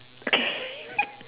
okay